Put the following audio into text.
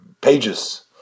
pages